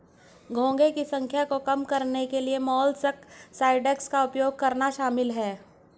घोंघे की संख्या को कम करने के लिए मोलस्कसाइड्स का उपयोग करना शामिल है